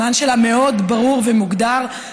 הזמן שלה מאוד ברור ומוגדר,